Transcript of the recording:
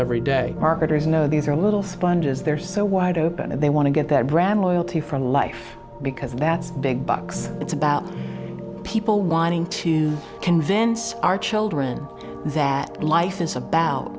every day marketers know these are a little sponges they're so wide open and they want to get that brand loyalty from life because that's big bucks it's about people wanting to convince our children that life is about